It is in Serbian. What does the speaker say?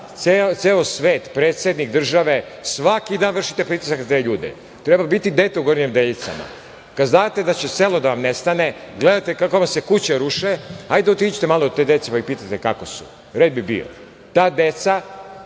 ceo svet, predsednik države. Svaki dan vršite pritisak na te ljude. Treba biti dete u Gornjim Nedeljicama kada znate da će selo da vam nestane i gledate kako vam se kuće ruše. Ajde otiđite malo do te dece pa ih pitajte kako su. Red bi bio. Ta deca